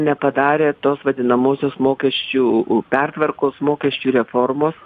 nepadarė tos vadinamosios mokesčių pertvarkos mokesčių reformos